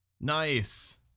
Nice